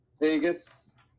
Vegas